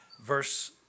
Verse